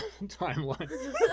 timeline